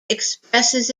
expresses